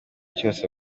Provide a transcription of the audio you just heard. cyose